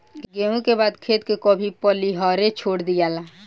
गेंहू के बाद खेत के कभी पलिहरे छोड़ दियाला